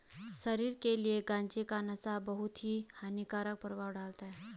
शरीर के लिए गांजे का नशा बहुत ही हानिकारक प्रभाव डालता है